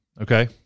Okay